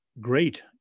great